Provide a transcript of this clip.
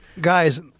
Guys